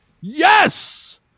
Yes